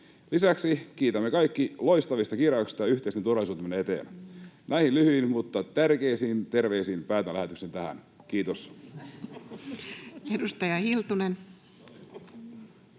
Lisäksi kiitämme kaikki loistavista kirjauksista yhteisen turvallisuutemme eteen. Näihin lyhyihin mutta tärkeisiin terveisiin päätän lähetyksen tähän. — Kiitos. [Speech